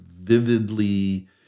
vividly